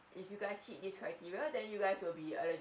if you guys hit this criteria then you guys will be eligible